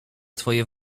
twoje